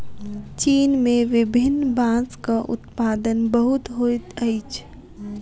चीन में विभिन्न बांसक उत्पादन बहुत होइत अछि